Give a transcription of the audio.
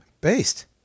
Based